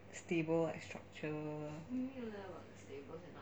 stable like structure